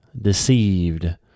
deceived